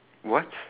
what